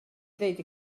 ddweud